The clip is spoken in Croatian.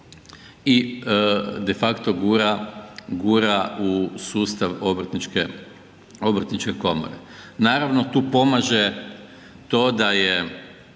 i de facto gura u sustav obrtničke komore. Naravno, tu pomaže to da je